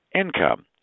income